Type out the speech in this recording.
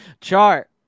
Chart